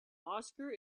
oscar